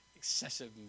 Excessive